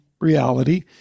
reality